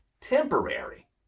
temporary